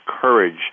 courage